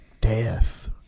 Death